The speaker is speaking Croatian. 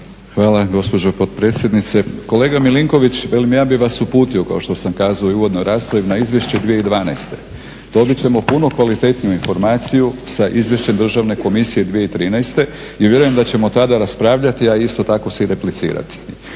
Hvala gospođo potpredsjednice. Kolega MIlinković ja bih vas uputio kao što sam kazao i u uvodnoj raspravi na izvješće 2012. Dobit ćemo puno kvalitetniju informaciju sa izvješćem državne komisije 2013.i vjerujem da ćemo tada raspravljati i isto tako si i replicirati